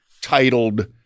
titled